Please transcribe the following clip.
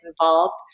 involved